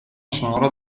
sonora